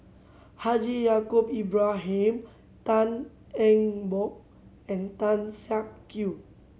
Haji Ya'acob Tan Eng Bock and Tan Siak Kew